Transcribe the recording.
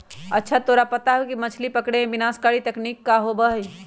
अच्छा तोरा पता है मछ्ली पकड़े में विनाशकारी तकनीक का होबा हई?